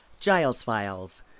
gilesfiles